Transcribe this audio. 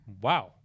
Wow